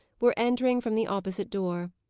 were entering from the opposite door.